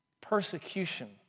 persecution